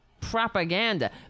propaganda